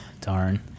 Darn